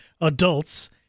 adults